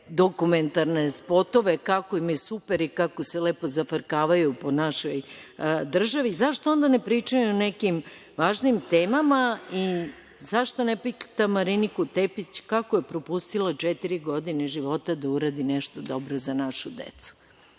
dokumentarne spotove kako im je super i kako se lepo zafrkavaju po našoj državi, zašto onda ne pričaju o nekim važnim temama i zašto ne pita Mariniku Tepić kako je propustila četiri godine života da uradi nešto dobro za našu decu? Mene